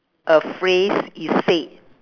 a phrase is said